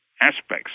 aspects